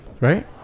right